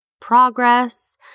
progress